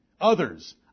others